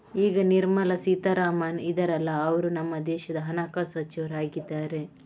ಈಗ ನಿರ್ಮಲಾ ಸೀತಾರಾಮನ್ ಇದಾರಲ್ಲ ಅವ್ರು ನಮ್ಮ ದೇಶದ ಹಣಕಾಸು ಸಚಿವರು ಆಗಿದ್ದಾರೆ